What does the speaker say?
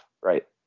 right